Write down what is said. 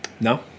no